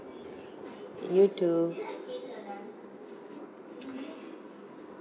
you too